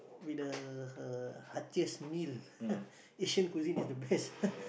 with the her heartiest meal Asian cuisine is the best